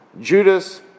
Judas